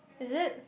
is it